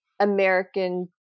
american